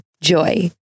Joy